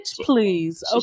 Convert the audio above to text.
please